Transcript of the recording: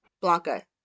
Blanca